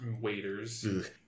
waiters